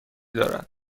دارد